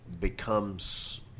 becomes